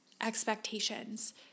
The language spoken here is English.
expectations